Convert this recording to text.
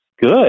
good